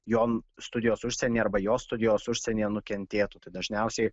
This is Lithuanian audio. jo studijos užsienyje arba jos studijos užsienyje nukentėtų tai dažniausiai